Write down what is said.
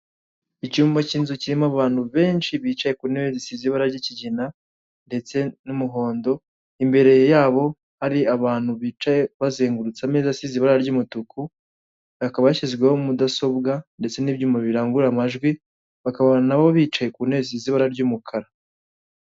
Icyumba c'inzu kirimo abantu benshi bicaye ku ntebe zisize ibara ry'ikigina ndetse n'umuhondo imbere yabo hari abantu bicaye bazengurutse ameza asize ibara ry'umutuku akaba yashyizweho mudasobwa ndetse n'ibyuma birangurura amajwi, bakabona nabo bicaye ku ntebe zisize ibara ry'umukara.